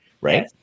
right